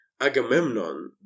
Agamemnon